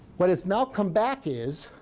but it's now come back is